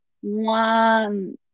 one